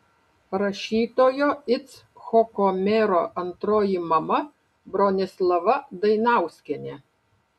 rašytojo icchoko mero antroji mama bronislava dainauskienė